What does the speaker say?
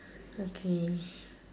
okay